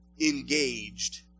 engaged